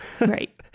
right